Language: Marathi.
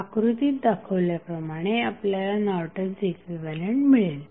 आकृतीत दाखवल्याप्रमाणे आपल्याला नॉर्टन्स इक्विवलंट मिळेल